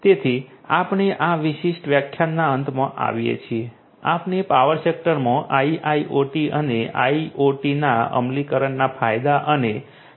તેથી આપણે આ વિશિષ્ટ વ્યાખ્યાનના અંતમાં આવીએ છીએ આપણે પાવર સેક્ટરમાં IIoT અને IoTના અમલીકરણના ફાયદા અને વિશેષતાઓની હાઇલાઇટ્સ જોઈ છે